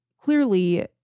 clearly